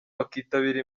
bakitabira